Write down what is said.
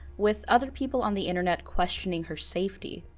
with other people on the internet questioning her safety.